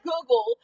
Google